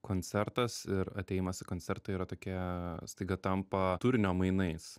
koncertas ir atėjimas į koncertą yra tokia staiga tampa turinio mainais